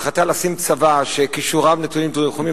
ההחלטה לשים צבא שכישוריו נתונים לתחומים